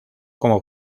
como